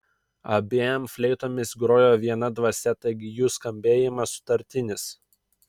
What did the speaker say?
abiem fleitomis grojo viena dvasia taigi jų skambėjimas sutartinis